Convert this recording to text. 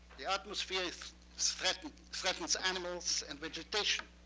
the atmosphere is threatened, threatens animals and vegetation.